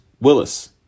Willis